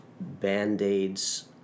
band-aids